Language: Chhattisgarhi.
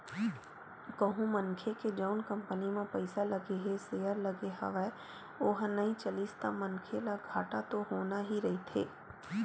कहूँ मनखे के जउन कंपनी म पइसा लगे हे सेयर लगे हवय ओहा नइ चलिस ता मनखे ल घाटा तो होना ही रहिथे